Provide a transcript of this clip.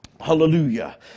Hallelujah